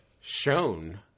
shown